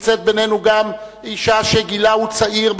נמצאת בינינו גם אשה שגילה צעיר,